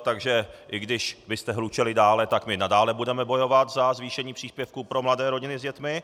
Takže i když byste hlučeli dále, tak my nadále budeme bojovat za zvýšení příspěvku pro mladé rodiny s dětmi.